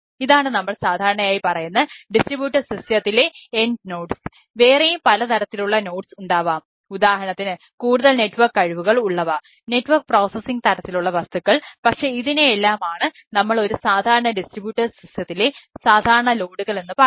ഇപ്പോൾ ഡിസ്ട്രിബ്യൂട്ടഡ് സിസ്റ്റങ്ങളിൽ സാധാരണ ലോഡുകൾ എന്ന് പറയുന്നത്